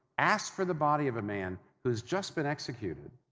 asked for the body of a man who has just been executed.